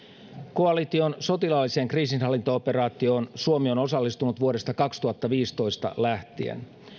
koalition sotilaalliseen kriisinhallintaoperaatioon suomi on osallistunut vuodesta kaksituhattaviisitoista lähtien